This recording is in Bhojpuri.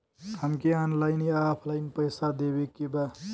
हमके ऑनलाइन या ऑफलाइन पैसा देवे के बा?